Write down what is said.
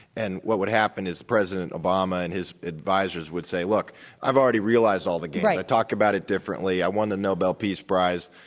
and what would happen is president obama and his advisors would say, look i've already realized all the gains. we've like talked about it differently, i've won the nobel peace prize,